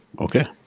Okay